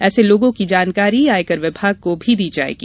ऐसे लोगों की जानकारी आयकर विभाग को भी दी जाएगी